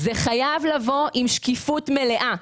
זה חייב לבוא עם שקיפות מלאה,